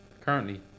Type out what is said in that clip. currently